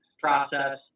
process